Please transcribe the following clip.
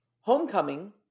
Homecoming